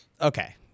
okay